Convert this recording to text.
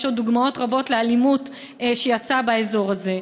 עוד דוגמאות רבות לאלימות שיצאה באזור הזה.